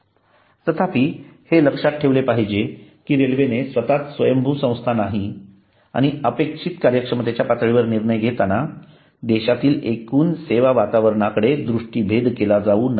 तथापि हे लक्षात ठेवले पाहिजे की रेल्वे स्वतःच स्वयंभू संस्था नाही आणि अपेक्षित कार्यक्षमतेच्या पातळीवर निर्णय घेताना देशातील एकूण सेवा वातावरणाकडे दृष्टी भेद केला जावू नये